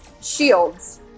shields